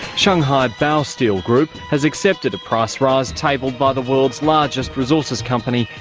shanghai baosteel group has accepted a price rise tabled by the world's largest resources company,